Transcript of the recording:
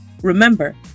Remember